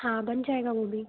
हाँ बन जाएगा वो भी